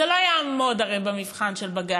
זה הרי לא יעמוד במבחן של בג"ץ,